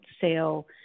sale